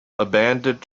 abandoned